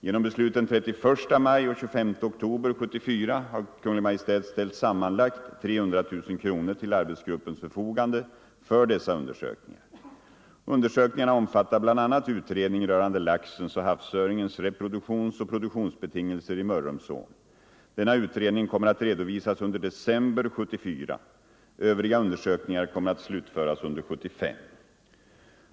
Genom beslut den 31 maj och 25 oktober 1974 har Kungl. Maj:t ställt sammanlagt 300 000 kronor till arbetsgruppens förfogande för dessa undersökningar. Undersökningarna omfattar bl.a. utredning rörande laxens och havsöringens reproduktionsoch produktionsbetingelser i Mörrumsån. Denna utredning kommer att redovisas under december 1974. Övriga undersökningar kommer att slutföras under 1975.